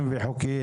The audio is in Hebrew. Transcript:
רשומים וחוקיים?